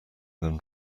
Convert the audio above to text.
than